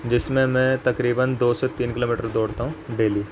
جس میں میں تقریباً دو سے تین کلو میٹر دوڑتا ہوں ڈیلی